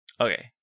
Okay